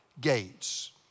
gates